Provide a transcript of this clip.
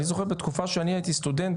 אני זוכר בתקופה שאני הייתי סטודנט